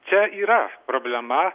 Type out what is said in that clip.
čia yra problema